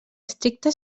estricte